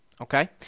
okay